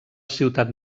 ciutat